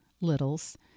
littles